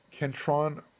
Kentron